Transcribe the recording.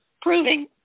proving